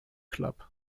club